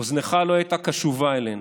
אוזנך לא הייתה קשובה אלינו